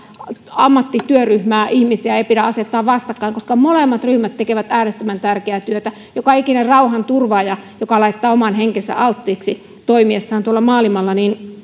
ammattityöryhmää ammatti ihmisiä ei pidä asettaa vastakkain koska molemmat ryhmät tekevät äärettömän tärkeää työtä joka ikinen rauhanturvaaja joka laittaa oman henkensä alttiiksi toimiessaan maailmalla